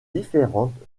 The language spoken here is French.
différentes